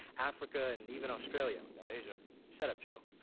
africa, and even australia. what about asia? shut up, joe.